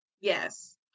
Yes